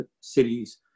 cities